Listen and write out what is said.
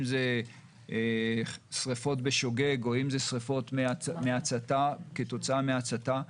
אם זה שריפות בשוגג או אם זה שריפות כתוצאה מהצתה.